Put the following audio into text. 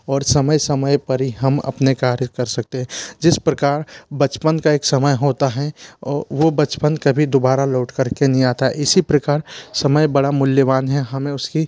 और समय समय पर ही हम अपने कार्य कर सकते है जिस प्रकार बचपन का एक समय होता है और वो बचपन कभी दोबारा लौट कर के नहीं आता है इसी प्रकार समय बड़ा मूल्यवान है हमें उसकी